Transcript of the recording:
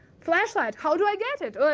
flashlight, how do i get it?